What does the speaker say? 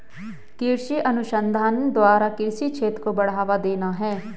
कृषि अनुसंधान द्वारा कृषि क्षेत्र को बढ़ावा देना है